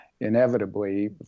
inevitably